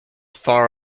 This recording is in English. far